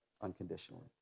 unconditionally